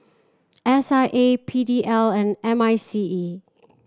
S I A P D L and M I C E